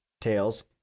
tails